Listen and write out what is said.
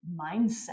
mindset